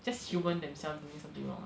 just human themselves doing something wrong ah